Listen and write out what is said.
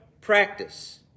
practice